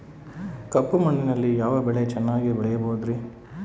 ಕಪ್ಪು ಮಣ್ಣಿನಲ್ಲಿ ಯಾವ ಬೆಳೆ ಚೆನ್ನಾಗಿ ಬೆಳೆಯಬಹುದ್ರಿ?